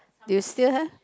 there still have